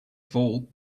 fall